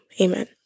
Amen